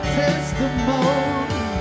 testimony